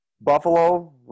Buffalo